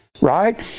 Right